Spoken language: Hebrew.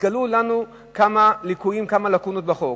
נתגלו לנו כמה ליקויים, כמה לקונות בחוק.